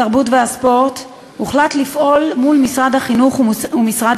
התרבות והספורט הוחלט לפעול מול משרד החינוך ומשרד